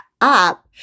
up